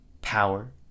power